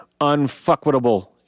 unfuckable